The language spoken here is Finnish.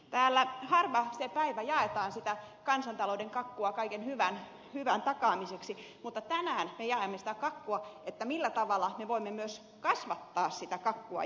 täällä harva se päivä jaetaan sitä kansantalouden kakkua kaiken hyvän takaamiseksi mutta tänään me jaamme sitä kakkua että millä tavalla me voimme myös kasvattaa sitä kakkua jaettavaksi